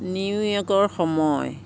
নিউয়ৰ্কৰ সময়